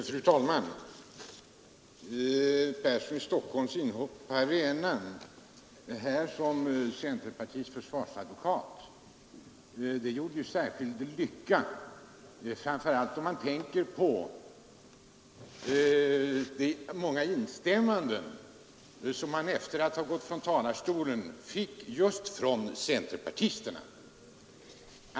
Fru talman! Herr Perssons i Stockholm inhopp på arenan som centerpartiets försvarsadvokat gjorde särskild lycka — det framgick av de många instämmanden som han efter att ha gått ned från talarstolen fick just från centerpartisterna.